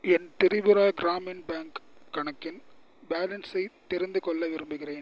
என் Tripura Gramin bank கணக்கின் பேலன்ஸை தெரிந்துகொள்ள விரும்புகிறேன்